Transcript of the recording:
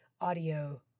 audio